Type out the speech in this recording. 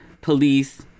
police